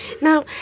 Now